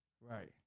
Right